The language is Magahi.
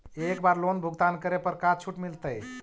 एक बार लोन भुगतान करे पर का छुट मिल तइ?